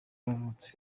yavutse